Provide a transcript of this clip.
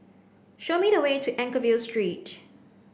show me the way to Anchorvale Street